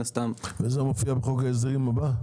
הסתם --- וזה יופיע בחוק ההסדרים הבא?